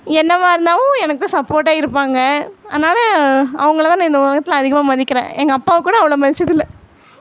என்னவாக இருந்தாவும் எனக்கு சப்போட்டாவா இருப்பாங்க அதனால் அவங்களதான் நான் இந்த உலகத்தில் அதிகமாக மதிக்கறேன் எங்கள் அப்பாவை கூட அவ்வளோ மதிச்சதில்லை